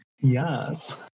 Yes